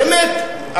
באמת,